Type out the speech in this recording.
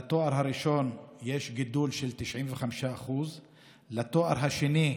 לתואר הראשון יש גידול של 95%; לתואר השני,